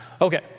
Okay